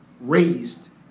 raised